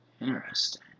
Interesting